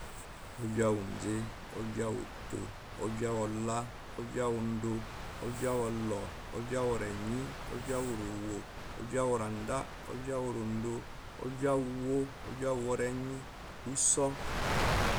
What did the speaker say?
Ovya woze ovya owopwo ovya uwola ovya uwondo ovya uwoulor ovya oworeyi ovya oworowo ovya oworanda ovya oworondo ovya owuwo ovya owuworenyi ovya uwɔsou